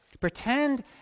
Pretend